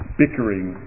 bickering